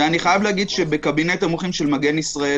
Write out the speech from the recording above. ואני חייב להגיד שבקבינט המומחים של מגן ישראל